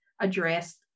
addressed